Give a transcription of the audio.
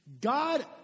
God